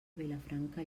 vilafranca